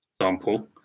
example